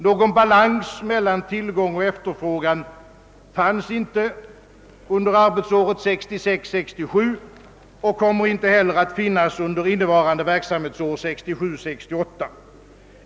Någon balans mellan tillgång och efterfrågan fanns inte under arbetsåret 1966 68.